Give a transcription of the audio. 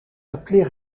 appelés